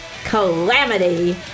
calamity